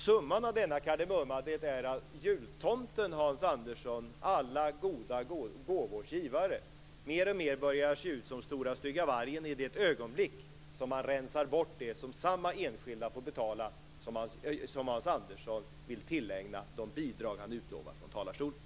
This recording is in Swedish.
Summan av denna kardemumma är att jultomten Hans Andersson, alla goda gåvors givare, mer och mer börjar se ut som stora stygga vargen i det ögonblick då han rensar bort det som enskilda människor får betala - samma enskilda människor som Hans Andersson vill tillägna de bidrag han utlovar från talarstolen.